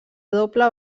doble